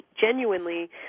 genuinely